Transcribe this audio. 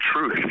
truth